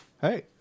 Hey